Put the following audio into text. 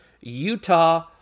Utah